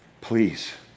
Please